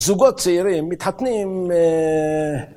‫זוגות צעירים, מתחתנים...